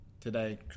today